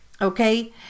Okay